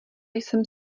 jsem